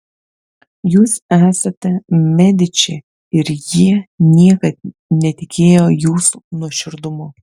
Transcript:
jūs esate mediči ir jie niekad netikėjo jūsų nuoširdumu